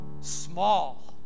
Small